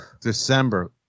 December